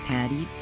Patty